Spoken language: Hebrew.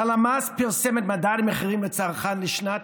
הלמ"ס פרסם את מדד המחירים לצרכן לשנת